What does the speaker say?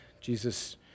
Jesus